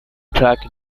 tract